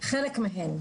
חלק מהן.